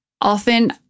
often